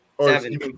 Seven